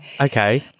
Okay